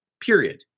period